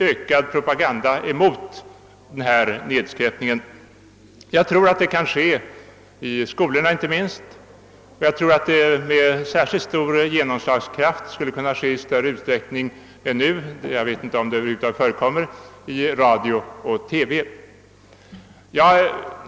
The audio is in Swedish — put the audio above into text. Jag tror att en sådan naturvårdspropaganda bör bedrivas inte minst i skolorna, och jag tror att den skulle kunna få särskilt stor genomslagskraft om den i större utsträckning än nu förekom i radio och TV — jag vet inte om där över huvud taget förs någon sådan propaganda för närvarande.